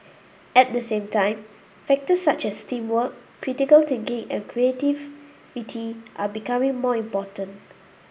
at the same time factors such as teamwork critical thinking and creativity are becoming more important